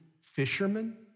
fishermen